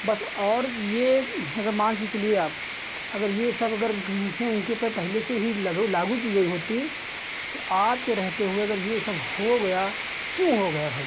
बस और यह अगर मानकर चलिए आप अगर यह सब अगर उनसे उनके ऊपर पहले से ही लगू लागू की गई होती कि आपके रहते हुए अगर यह सब हो गया क्यों हो गया भाई